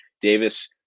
Davis